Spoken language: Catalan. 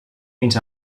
fins